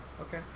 Okay